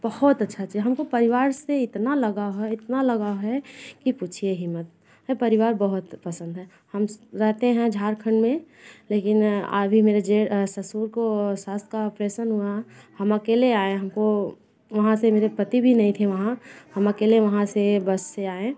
बहुत अच्छा है हमको परिवार से इतना लगाव हैं इतना लगाव हैं की पूछिए ही मत परिवार बहुत पसंद है हम रहते हैं झारखंड में लेकिन अभी मेरे ससुर को सास का ऑपरेशन हुआ हम अकेले आए है हमको वहाँ से मेरे पति भी नहीं थे वहाँ हम अकेले वहाँ से बस से आए